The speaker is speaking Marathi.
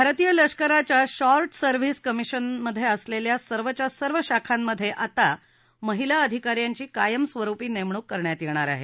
भारतीय लष्कराच्या शॉर्ट सर्विस कमिशनं असलेल्या सर्वच्या सर्व शाखांमध्ये आता महिला अधिका यांची कायमस्वरुपी नेमणूक करण्यात येणार आहे